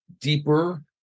deeper